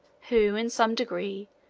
who, in some degree,